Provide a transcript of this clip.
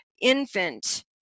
infant